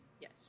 yes